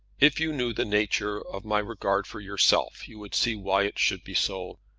if you knew the nature of my regard for yourself, you would see why it should be so.